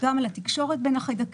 גם על התקשורת בין החיידקים,